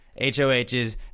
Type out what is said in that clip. HOHs